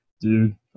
dude